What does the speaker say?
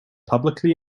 publicly